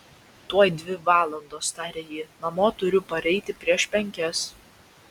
tuoj dvi valandos tarė ji namo turiu pareiti prieš penkias